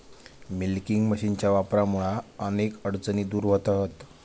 milking मशीनच्या वापरामुळा अनेक अडचणी दूर व्हतहत